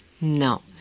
No